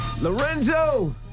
Lorenzo